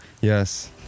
Yes